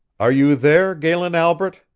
are you there, galen albret?